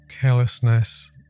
carelessness